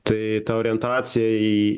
tai ta orientaciją į